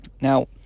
Now